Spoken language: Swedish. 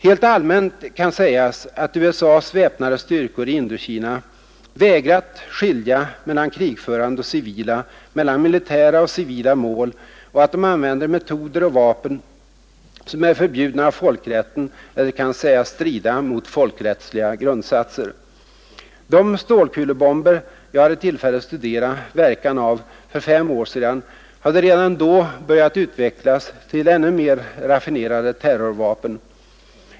Helt allmänt kan sägas att USA:s väpnade styrkor i Indokina vägrat skilja mellan krigförande och civila, mellan militära och civila mål, och att de använder metoder och vapen som är förbjudna av folkrätten eller kan sägas strida mot folkrättsliga grundsatser. De stålkulebomber jag hade tillfälle studera verkan av för fem år sedan hade redan då börjat utvecklas till ännu mer raffinerade terrorvapen.